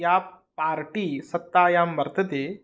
या party सत्तायां वर्तते